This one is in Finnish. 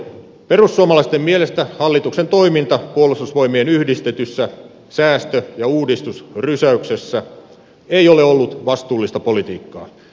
perussuomalaisten mielestä hallituksen toiminta puolustusvoimien yhdistetyssä säästö ja uudistusrysäyksessä ei ole ollut vastuullista politiikkaa